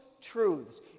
truths